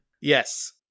Yes